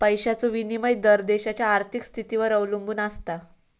पैशाचो विनिमय दर देशाच्या आर्थिक स्थितीवर अवलंबून आसता